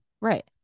Right